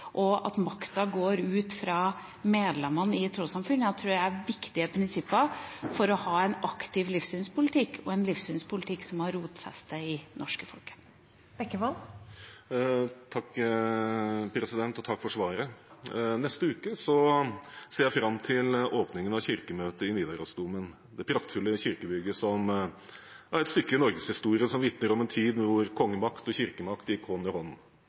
og at makta går ut fra medlemmene i trossamfunnet, tror jeg er viktige prinsipper for å ha en aktiv livssynspolitikk og en livssynspolitikk som har rotfeste i det norske folket. Takk for svaret. Jeg ser fram til åpningen av Kirkemøtet i Nidarosdomen neste uke – det praktfulle kirkebygget som er et stykke norgeshistorie som vitner om en tid hvor kongemakt og kirkemakt gikk hånd i hånd.